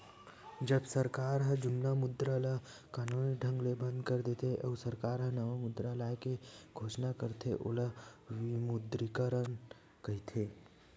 जब सरकार ह जुन्ना मुद्रा ल कानूनी ढंग ले बंद कर देथे, अउ सरकार ह नवा मुद्रा लाए के घोसना करथे ओला विमुद्रीकरन कहिथे